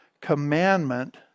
commandment